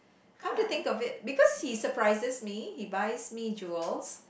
come to think of it because he surprises me he buys me jewels